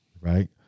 right